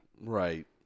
Right